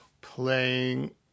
playing